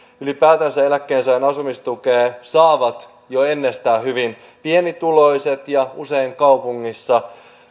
ylipäätänsä eläkkeensaajan asumistukea saavat jo ennestään hyvin pienituloiset ja usein kaupungeissa